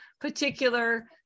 particular